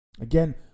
Again